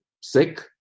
sick